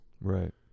right